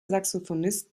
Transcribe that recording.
saxophonist